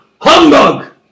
Humbug